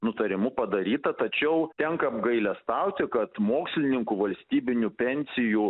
nutarimu padaryta tačiau tenka apgailestauti kad mokslininkų valstybinių pensijų